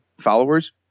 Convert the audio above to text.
followers